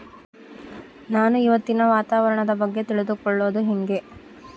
ನಾನು ಇವತ್ತಿನ ವಾತಾವರಣದ ಬಗ್ಗೆ ತಿಳಿದುಕೊಳ್ಳೋದು ಹೆಂಗೆ?